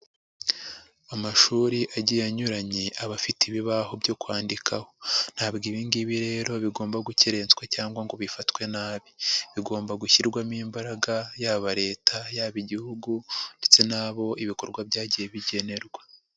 Amashuri agiye anyuranye aba afite ibibaho byo kwandikaho, ntabwo ibingibi rero bigomba gukerenswa cyangwa ngo bifatwe nabi bigomba gushyirwamo imbaraga yaba leta, yaba igihugu, ndetse n'abo ibikorwa byagiye bigenerwa.